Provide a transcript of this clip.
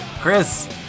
Chris